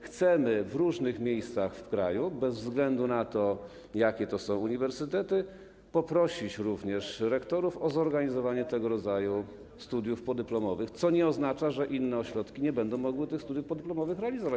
Chcemy w różnych miejscach w kraju, bez względu na to, jakie to są uniwersytety, poprosić również rektorów o zorganizowanie tego rodzaju studiów podyplomowych, co nie oznacza, że inne ośrodki nie będą mogły tych studiów podyplomowych realizować.